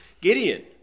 Gideon